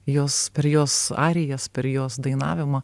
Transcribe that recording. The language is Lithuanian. jos per jos arijas per jos dainavimą